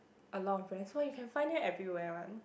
a lot of brands !wah! you can find them everywhere one